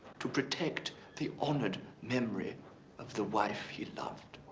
to protect the honored memory of the wife he loved?